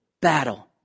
battle